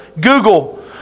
Google